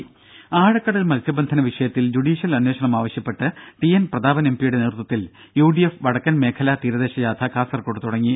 രും ആഴക്കടൽ മത്സ്യബന്ധന വിഷയത്തിൽ ജുഡീഷ്യൽ അന്വേഷണം ആവശ്യപ്പെട്ട് ടി എൻ പ്രതാപൻ എംപിയുടെ നേതൃത്വത്തിൽ യുഡിഎഫ് വടക്കൻ മേഖലാ തീരദേശ ജാഥ കാസർകോട്ട് തുടങ്ങി